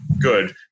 good